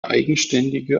eigenständige